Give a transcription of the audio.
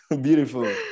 Beautiful